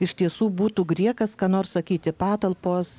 iš tiesų būtų griekas ką nors sakyti patalpos